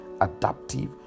adaptive